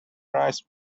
rice